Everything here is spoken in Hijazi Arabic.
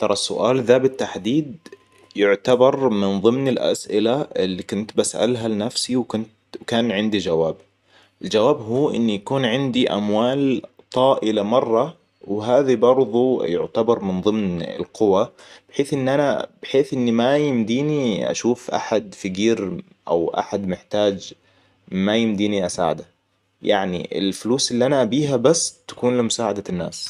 ترى السؤال ذا بالتحديد يعتبر من ضمن الأسئلة اللي كنت بسألها لنفسي وكنت وكان عندي جواب. الجواب هو ان يكون عندي اموال طائلة مرة. وهذي برضو يعتبر من ضمن القوى. بحيث إن أنا بحيث إني ما يمديني أشوف أحد فقير او أحد محتاج ما يمديني اساعده. يعني الفلوس اللي انا ابيها بس تكون لمساعدة الناس